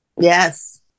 yes